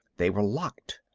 they were locked.